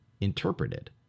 interpreted